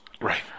Right